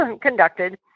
conducted